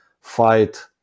fight